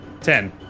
Ten